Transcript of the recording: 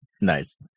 Nice